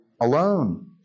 alone